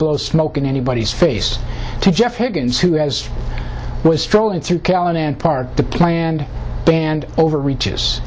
blows smoke in anybody's face to jeff higgins who as was strolling through callan and park the planned and over reaches